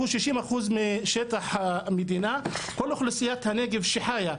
צריכים לקום בממשלה, לקבל אחריות ולהגיע לאנשים.